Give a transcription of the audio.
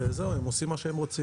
והן עושות מה שהן רוצות,